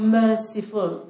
merciful